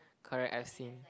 correct I've seen